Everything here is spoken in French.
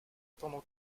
pendant